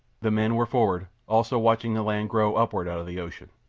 the men were forward, also watching the land grow upward out of the ocean.